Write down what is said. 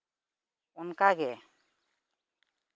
ᱚᱱᱠᱟᱜᱮ